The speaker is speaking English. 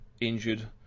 injured